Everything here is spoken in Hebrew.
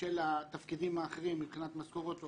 של התפקידים האחרים מבחינת משכורות וחוזים.